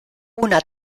una